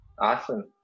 awesome